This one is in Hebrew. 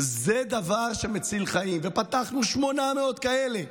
הן דבר שמציל חיים, ופתחנו 800 כאלה.